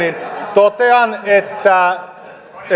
totean että